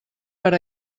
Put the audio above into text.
per